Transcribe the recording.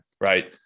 right